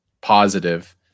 positive